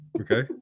Okay